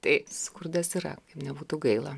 tai skurdas yra kaip nebūtų gaila